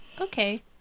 Okay